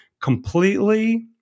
completely